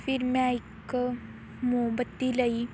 ਫਿਰ ਮੈਂ ਇੱਕ ਮੋਮਬੱਤੀ ਲਈ